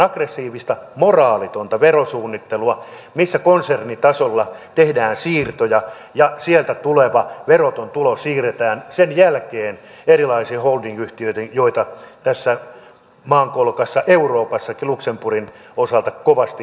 aggressiivista moraalitonta verosuunnittelua missä konsernitasolla tehdään siirtoja ja sieltä tuleva veroton tulo siirretään sen jälkeen erilaisiin holdingyhtiöihin joita tässä maankolkassakin euroopassa luxemburgin osalta kovasti hellitään